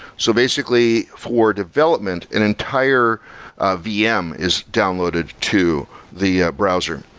so, basically, for development, an entire vm is downloaded to the browser,